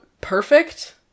perfect